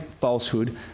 falsehood